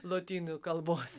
lotynų kalbos